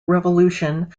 revolution